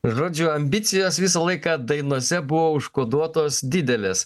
žodžiu ambicijos visą laiką dainose buvo užkoduotos didelės